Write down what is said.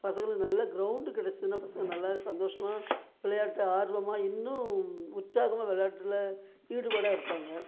பசங்களுக்கு ஒரு நல்ல கிரௌண்டு கிடச்சிதுன்னா பசங்கள் நல்லா சந்தோஷமாக விளையாட்டை ஆர்வமாக இன்னும் உற்சாகமாக விளையாட்டுல ஈடுபாடாக இருப்பாங்க